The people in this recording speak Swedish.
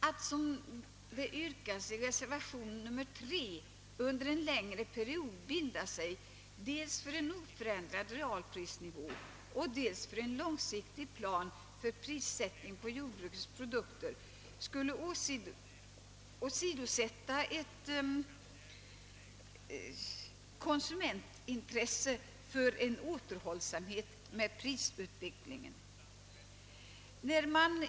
Att, som man yrkar i reservation nr 3, under en längre period binda sig dels för en oförändrad realprisnivå, dels för en långsiktig plan för prissättning på jordbrukets produkter, skulle innebära att man åsidosatte konsumentintresset för återhållsamhet 1 prisutvecklingen.